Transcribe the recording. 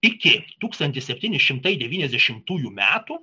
iki tūkstantis septyni šimtai devyniasdešimtųjų metų